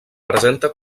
presenta